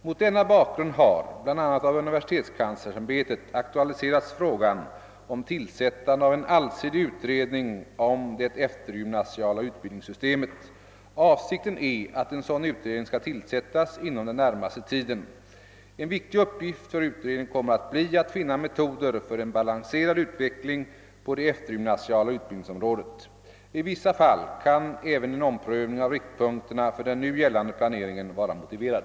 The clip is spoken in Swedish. Mot denna bakgrund har, bl.a. av universitetskanslersämbetet, aktualiserats frågan om tillsättande av en allsidig utredning om det eftergymnasiala utbildningssystemet. Avsikten är att en sådan utredning skall tillsättas inom den närmaste tiden. En viktig uppgift för utredningen kommer att bli att finna metoder för en balanserad utveckling på det eftergymnasiala utbildningsområdet. I vissa fall kan även en om prövning av riktpunkterna för den nu gällande planeringen vara motiverad.